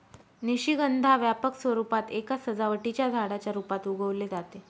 निशिगंधा व्यापक स्वरूपात एका सजावटीच्या झाडाच्या रूपात उगवले जाते